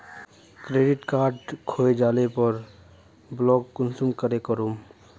Credit card खोये जाले पर ब्लॉक कुंसम करे करूम?